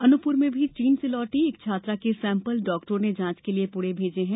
अनूपपुर में भी चीन से लौटी एक छात्रा के सैम्पल डाक्टरों ने जांच के लिए पुणे भेजे हैं